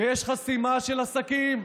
שיש חסימה של עסקים.